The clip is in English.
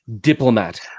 diplomat